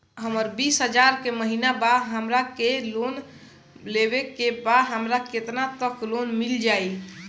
हमर बिस हजार के महिना बा हमरा के लोन लेबे के बा हमरा केतना तक लोन मिल जाई?